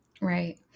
Right